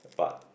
but